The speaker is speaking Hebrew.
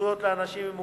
זכויות לאנשים עם מוגבלות,